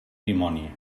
dimoni